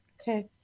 Okay